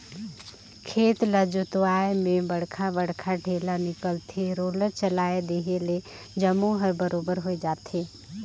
खेत ल जोतवाए में बड़खा बड़खा ढ़ेला निकलथे, रोलर चलाए देहे ले जम्मो हर बरोबर होय जाथे